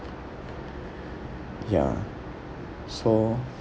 ya so